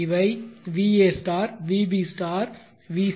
இவை va vb vc